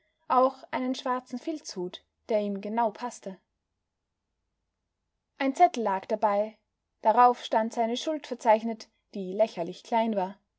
auch einen schwarzen filzhut der ihm genau paßte ein zettel lag dabei darauf stand seine schuld verzeichnet die lächerlich klein war